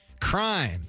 Crime